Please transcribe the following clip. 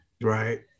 right